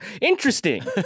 Interesting